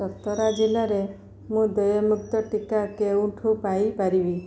ଚତରା ଜିଲ୍ଲାରେ ମୁଁ ଦେୟମୁକ୍ତ ଟିକା କେଉଁଠୁ ପାଇ ପାରିବି